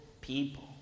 people